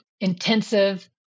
intensive